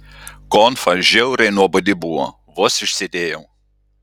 konfa žiauriai nuobodi buvo vos išsėdėjau